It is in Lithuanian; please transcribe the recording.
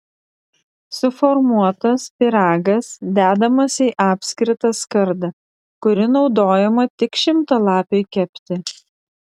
suformuotas pyragas dedamas į apskritą skardą kuri naudojama tik šimtalapiui kepti